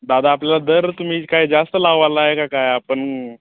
दादा आपल्याला दर तुम्ही काय जास्त लावाला आहे काय आपण